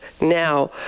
now